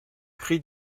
cri